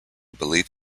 belief